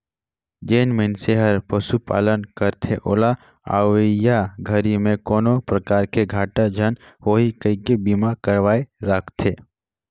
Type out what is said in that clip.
जेन मइनसे हर पशुपालन करथे ओला अवईया घरी में कोनो परकार के घाटा झन होही कहिके बीमा करवाये राखथें